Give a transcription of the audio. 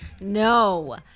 No